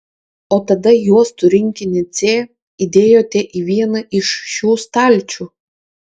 o tada juostų rinkinį c įdėjote į vieną iš šių stalčių